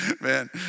man